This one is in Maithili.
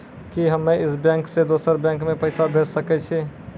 कि हम्मे इस बैंक सें दोसर बैंक मे पैसा भेज सकै छी?